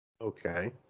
Okay